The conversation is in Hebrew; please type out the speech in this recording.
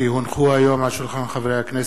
כי הונחו היום על שולחן הכנסת,